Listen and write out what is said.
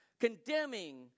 condemning